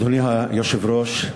אדוני היושב-ראש,